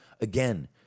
Again